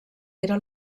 era